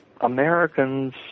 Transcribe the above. Americans